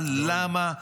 אבל למה לעשות,